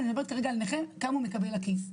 אני מדברת כרגע כמה נכה מקבל לכיס.